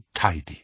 tidy